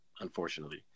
Unfortunately